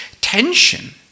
tension